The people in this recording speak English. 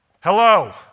Hello